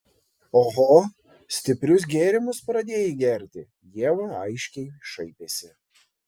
oho stiprius gėrimus pradėjai gerti ieva aiškiai šaipėsi